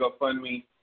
GoFundMe